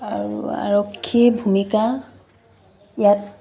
আৰু আৰক্ষীৰ ভূমিকা ইয়াত